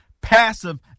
passive